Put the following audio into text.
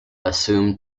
assume